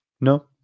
No